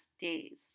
days